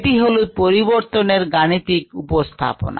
এটি হলো পরিবর্তনের গাণিতিক উপস্থাপনা